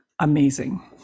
amazing